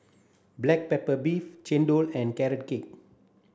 black pepper beef chendol and carrot cake